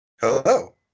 Hello